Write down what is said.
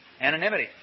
Anonymity